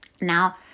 Now